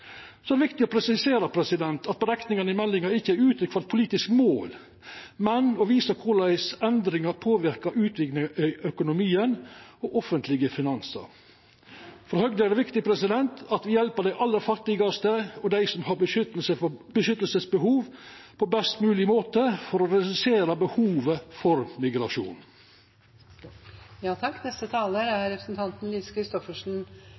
er viktig å presisera at berekningane i meldinga ikkje er uttrykk for eit politisk mål, men er ein måte å visa korleis endringar påverkar utviklinga i økonomien og offentlege finansar. For Høgre er det viktig at me hjelper dei aller fattigaste og dei som har beskyttelsesbehov, på ein best mogleg måte, for å redusera behovet for